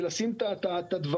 לשים את הדברים,